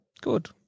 Good